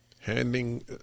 Handing